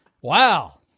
Wow